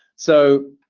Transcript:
so